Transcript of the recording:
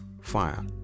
fire